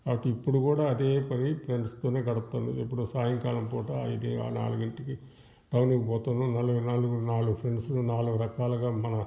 అటు ఇప్పుడు కూడా అదే పని ఫ్రెండ్స్ తోనే గడుపుతాను ఎప్పుడో సాయంకాలం పూట ఐదు నాలుగింటికి టౌనికి పోతాను నలుగురు నాలుగు ఫ్రెండ్సు నాలుగు రకాలుగా మా